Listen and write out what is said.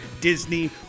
Disney